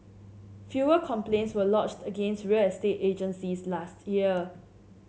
fewer complaints were lodged against real estate agencies last year